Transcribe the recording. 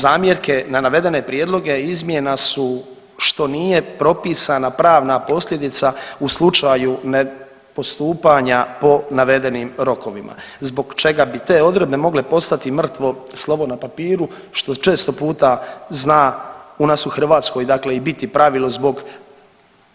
Zamjerke na navedene prijedloge izmjena su što nije propisana pravna posljedica u slučaju nepostupanja po navedenim rokovima zbog čega bi te odredbe mogle postati mrtvo slovo na papiru što često puta zna u nas u Hrvatskoj dakle i biti pravilo zbog